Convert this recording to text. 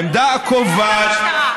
העמדה הקובעת, אבל הוא משתלח במשטרה.